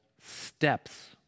steps